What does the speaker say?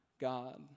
God